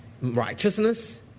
righteousness